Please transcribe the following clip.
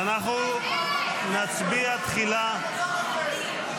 אנחנו נצביע תחילה --- אדוני היושב-ראש,